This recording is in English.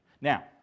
Now